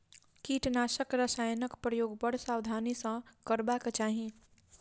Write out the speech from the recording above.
कीटनाशक रसायनक प्रयोग बड़ सावधानी सॅ करबाक चाही